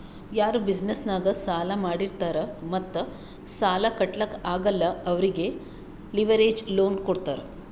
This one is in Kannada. ಯಾರು ಬಿಸಿನೆಸ್ ನಾಗ್ ಸಾಲಾ ಮಾಡಿರ್ತಾರ್ ಮತ್ತ ಸಾಲಾ ಕಟ್ಲಾಕ್ ಆಗಲ್ಲ ಅವ್ರಿಗೆ ಲಿವರೇಜ್ ಲೋನ್ ಕೊಡ್ತಾರ್